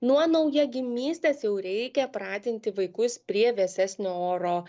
nuo naujagimystės jau reikia pratinti vaikus prie vėsesnio oro